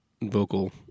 vocal